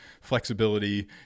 flexibility